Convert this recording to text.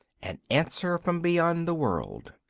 an answer from beyond the world.